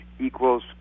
equals